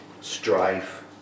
strife